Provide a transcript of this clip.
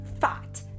fought